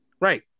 Right